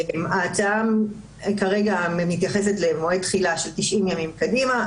ההצעה כרגע מתייחסת למועד תחילה של 90 ימים קדימה.